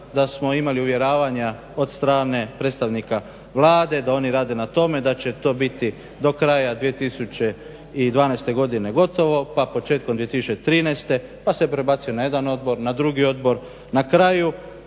da smo imali uvjeravanja od strane predstavnika Vlade da oni rade na tome, da će to biti do kraja 2012. godine gotovo pa početkom 2013. pa se prebacilo na jedan odbor, na drugi odbor. Na kraju